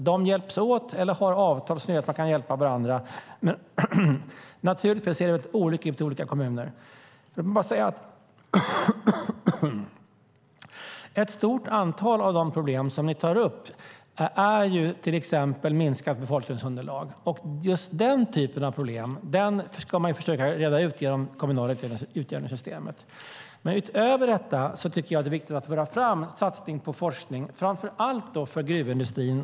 De hjälps åt eller har avtal som gör att de kan hjälpa varandra. Men det ser naturligtvis olika ut i olika kommuner. Låt mig säga att ett stort antal av de problem som ni tar upp, till exempel minskat befolkningsunderlag, ska man försöka reda ut genom det kommunala utjämningssystemet. Men utöver detta tycker jag att det är viktigt att föra fram en satsning på forskning, framför allt för gruvindustrin.